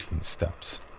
steps